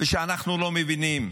ושאנחנו לא מבינים.